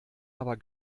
aber